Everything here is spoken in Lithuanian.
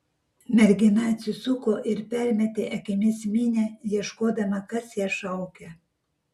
mergina atsisuko ir permetė akimis minią ieškodama kas ją šaukia